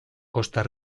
costa